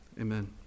Amen